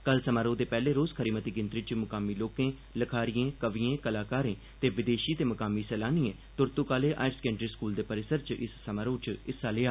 कल समारोह दे पैह्ले रोज खरी मती गिनतरी च मुकामी लोकें लखरिएं कविएं कलाकारें ते विदेशी ते मुकामी सैलानिएं तुरतुक आह्ले हायर सकैंडरी स्कूल दे परिसर च इस समारोह च हिस्सा लेआ